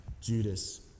Judas